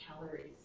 calories